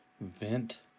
Vent